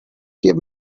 give